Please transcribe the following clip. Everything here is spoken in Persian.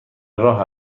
راه